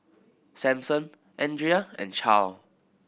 Samson Andria and Charle